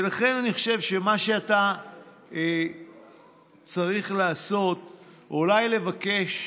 לכן אני חושב שמה שאתה צריך לעשות זה אולי לבקש